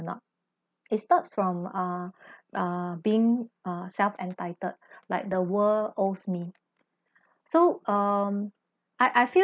or not it starts from uh uh being uh self-entitled like the world owes me so um I I feel